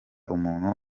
umuntu